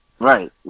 Right